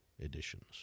editions